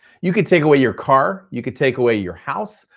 you could take away your car, you could take away your house,